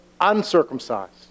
uncircumcised